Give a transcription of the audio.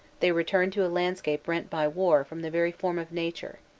they returned to a landscape rent by war from the very form of nature,